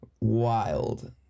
wild